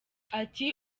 ati